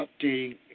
updating